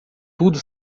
tudo